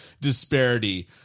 disparity